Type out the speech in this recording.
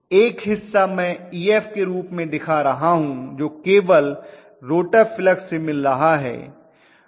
एक हिस्सा मैं Ef के रूप में दिखा रहा हूं जो केवल रोटर फ्लक्स से मिल रहा है